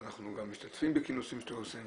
אנחנו גם משתתפים בכינוסים שאתם עושים,